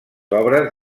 obres